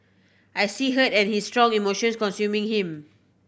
I see hurt and his strong emotions consuming him